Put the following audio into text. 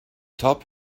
top